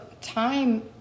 time